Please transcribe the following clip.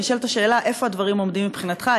ונשאלת השאלה איפה הדברים עומדים מבחינתך,